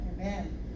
Amen